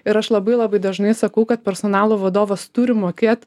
ir aš labai labai dažnai sakau kad personalo vadovas turi mokėt